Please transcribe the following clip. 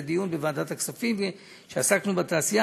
דיון בוועדת הכספים כשעסקנו בתעשייה.